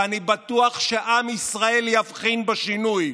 ואני בטוח שעם ישראל יבחין בשינוי.